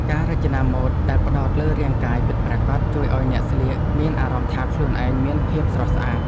ការរចនាម៉ូដដែលផ្តោតលើរាងកាយពិតប្រាកដ ជួយឱ្យអ្នកស្លៀកមានអារម្មណ៍ថាខ្លួនឯងមានភាពស្រស់ស្អាត។